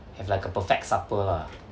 have like a perfect supper lah